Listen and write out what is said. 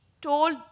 told